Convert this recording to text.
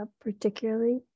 particularly